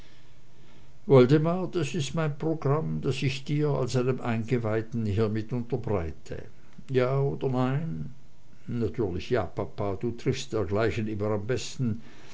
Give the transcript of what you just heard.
woldemar dies ist mein programm das ich dir als einem eingeweihten hiermit unterbreite ja oder nein natürlich ja papa du triffst dergleichen immer am besten